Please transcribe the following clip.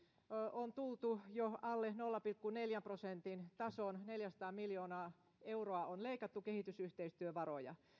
on tultu jo alle nolla pilkku neljän prosentin tason neljäsataa miljoonaa euroa on leikattu kehitysyhteistyövaroja